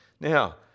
Now